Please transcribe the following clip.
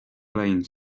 playing